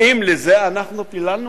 האם לזה אנחנו פיללנו?